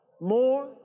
More